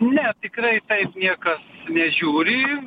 ne tikrai taip niekas nežiūri